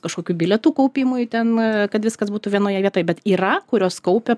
kažkokių bilietų kaupimui ten kad viskas būtų vienoje vietoj bet yra kurios kaupia